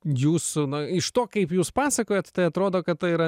jūsų na iš to kaip jūs pasakojat tai atrodo kad tai yra